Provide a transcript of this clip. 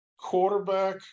Quarterback